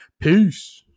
peace